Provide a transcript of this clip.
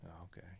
Okay